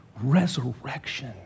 resurrection